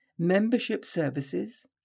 membershipservices